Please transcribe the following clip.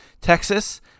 Texas